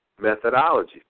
methodology